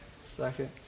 Second